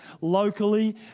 locally